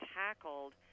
tackled